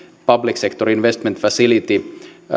public sector investment facility